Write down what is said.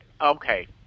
Okay